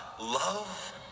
Love